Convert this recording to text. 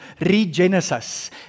regenesis